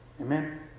Amen